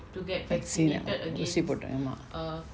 vaccine ah ஊசி போட்டொனே ஆமா:oosi potone aama